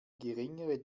geringere